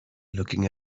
looking